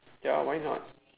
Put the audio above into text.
ya why not